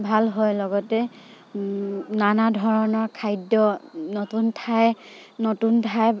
ভাল হয় লগতে নানা ধৰণৰ খাদ্য নতুন ঠাই নতুন ঠাই